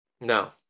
No